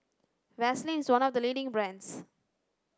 Vaselin is one of the leading brands